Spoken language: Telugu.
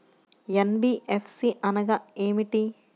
ఎన్.బీ.ఎఫ్.సి అనగా ఏమిటీ?